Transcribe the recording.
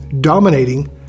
dominating